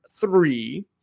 three